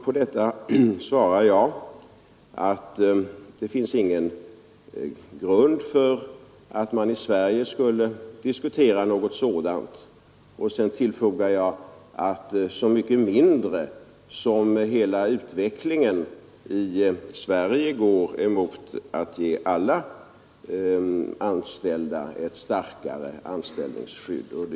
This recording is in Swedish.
På detta svarar jag att det inte finns någon grund för att man i Sverige skulle diskutera något sådant — så mycket mindre som hela utvecklingen i Sverige går emot att ge alla anställda ett starkare anställningsskydd.